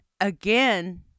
again